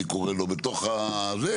אני קורא לו בתוך זה,